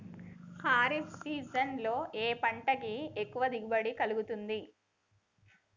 Kharif season లో ఏ పంట కి ఎక్కువ దిగుమతి కలుగుతుంది?